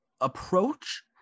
approach